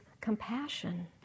compassion